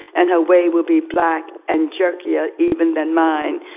and her way will be black and jerkier even than mine.